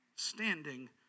Standing